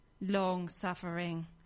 long-suffering